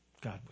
God